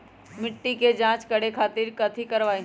मिट्टी के जाँच करे खातिर कैथी करवाई?